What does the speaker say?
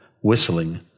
whistling